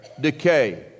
decay